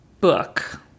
book